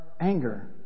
anger